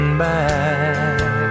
back